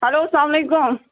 hello سلام علیکُم